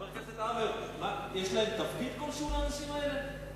חבר כנסת עמאר, יש להם תפקיד כלשהו, לאנשים האלה?